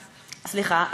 סליחה,